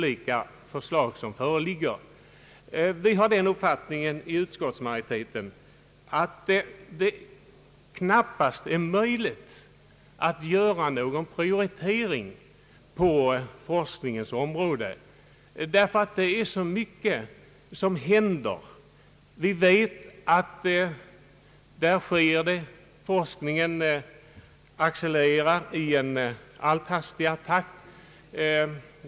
Inom utskottsmajoriteten har vi den uppfattningen att det knappast är möjligt att göra någon prioritering på forskningens område, därför att det är så mycket som händer. Vi vet att forskningen accelererar i allt hastigare takt.